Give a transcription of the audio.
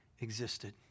existed